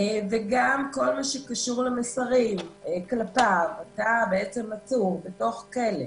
וגם כל מה שקשור למסרים כלפיו, אתה עצור בתוך כלא